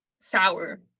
sour